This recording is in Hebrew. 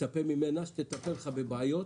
מצפה ממנה שתטפל בבעיות